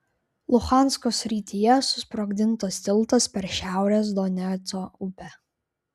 luhansko srityje susprogdintas tiltas per šiaurės doneco upę